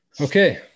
Okay